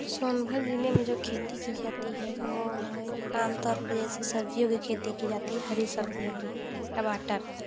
सोनभद्र जिले में जो खेती की जाती है वो आमतौर पे ऐसी सब्जियों की खेती की जाती है हरी सब्जियों की टमाटर